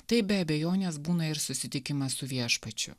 tai be abejonės būna ir susitikimas su viešpačiu